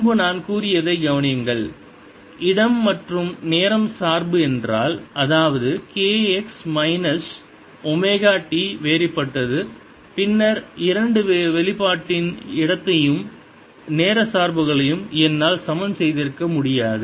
முன்பு நான் கூறியதைக் கவனியுங்கள் இடம் மற்றும் நேரம் சார்பு என்றால் அதாவது k x minus omega t வேறுபட்டது பின்னர் இரண்டு வெளிப்பாட்டின் இடத்தையும் நேர சார்புகளையும் என்னால் சமன் செய்திருக்க முடியாது